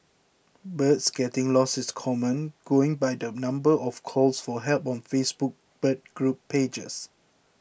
birds getting lost is common going by the number of calls for help on Facebook bird group pages